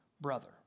brother